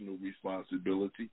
responsibility